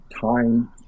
time